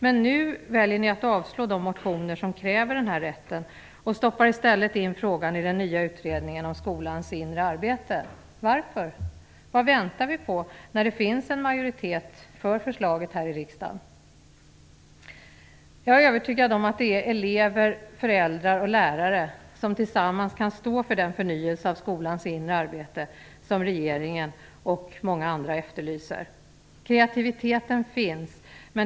Men nu väljer ni att avstyrka de motioner som kräver den här rätten och stoppar i stället in frågan i den nya utredningen om skolans inre arbete. Varför? Vad väntar vi på, när det finns en majoritet för förslaget här i riksdagen? Jag är övertygad om att det är elever, föräldrar och lärare som tillsammans kan stå för den förnyelse av skolans inre arbete som regeringen och många andra efterlyser. Kreativiteten finns.